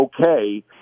okay